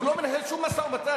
הוא לא מנהל שום משא-ומתן.